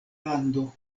lando